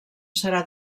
serà